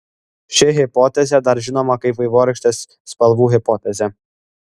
ši hipotezė dar žinoma kaip vaivorykštės spalvų hipotezė